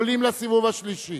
עולים לסיבוב השלישי.